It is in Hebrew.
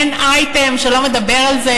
אין אייטם שלא מדבר על זה